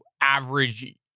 average